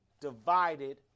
divided